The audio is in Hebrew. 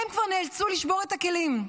הם כבר נאלצו לשבור את הכלים.